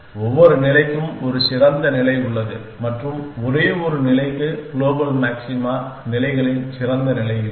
ஒவ்வொரு நிலைக்கும் ஒரு சிறந்த நிலை உள்ளது மற்றும் ஒரே ஒரு நிலைக்கு க்ளோபல் மாக்ஸிமா நிலைகளின் சிறந்த நிலை இல்லை